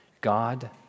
God